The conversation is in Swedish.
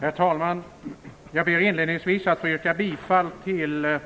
Herr talman! Jag ber inledningsvis att få yrka bifall till